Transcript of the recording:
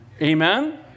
amen